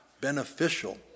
beneficial